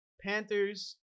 Panthers